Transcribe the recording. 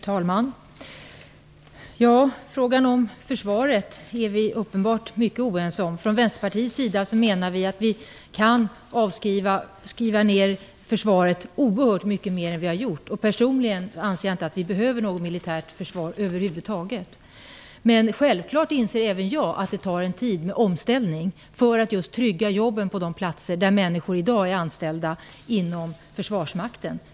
Fru talman! I frågan om försvaret är vi uppenbart mycket oense. Vi i Vänsterpartiet menar att vi kan skriva ned försvaret oerhört mycket mer än vad vi har gjort. Personligen anser jag inte att vi över huvud taget behöver något militärt försvar. Men självklart inser även jag att det behövs en omställningstid för att trygga jobben på de platser där människor i dag är anställda inom försvarsmakten.